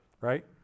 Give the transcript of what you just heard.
right